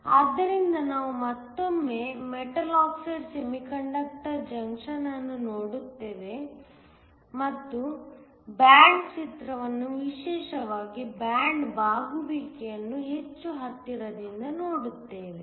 ಆದ್ದರಿಂದ ನಾವು ಮತ್ತೊಮ್ಮೆ ಮೆಟಲ್ ಆಕ್ಸೈಡ್ ಸೆಮಿಕಂಡಕ್ಟರ್ ಜಂಕ್ಷನ್ ಅನ್ನು ನೋಡುತ್ತೇವೆ ಮತ್ತು ಬ್ಯಾಂಡ್ ಚಿತ್ರವನ್ನು ವಿಶೇಷವಾಗಿ ಬ್ಯಾಂಡ್ ಬಾಗುವಿಕೆಯನ್ನು ಹೆಚ್ಚು ಹತ್ತಿರದಿಂದ ನೋಡುತ್ತೇವೆ